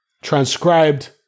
transcribed